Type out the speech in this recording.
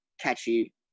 catchy